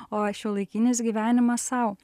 o šiuolaikinis gyvenimas sau